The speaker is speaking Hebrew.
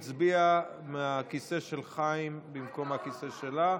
היא הצביעה מהכיסא של חיים במקום מהכיסא שלה,